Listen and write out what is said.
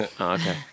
Okay